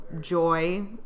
joy